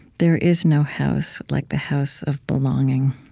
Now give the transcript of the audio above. there is no house like the house of belonging.